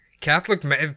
Catholic